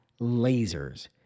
lasers